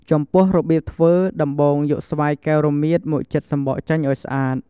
ចំពោះរបៀបធ្វើ ដំបូងយកស្វាយកែវរមៀតមកចិតសំបកចេញឱ្យស្អាត។